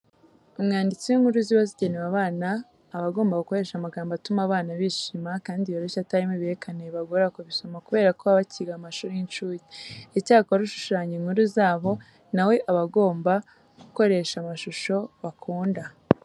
Umwanditsi w'inkuru ziba zigenewe abana aba agomba gukoresha amagambo atuma abana bishima kandi yoroshye atarimo ibihekane bibagora kubisoma kubera ko baba bakiga mu mashuri y'incuke. Icyakora ushashanya inkuru zabo na we aba agomba gukoresha amashusho bakunda.